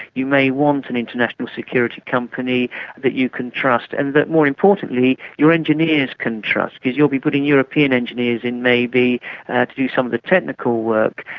you may want an international security company that you can trust and that, more importantly, your engineers can trust because you'll be putting european engineers in maybe to do some of the technical work,